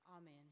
amen